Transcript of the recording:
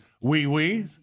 wee-wee